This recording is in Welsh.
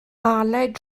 aled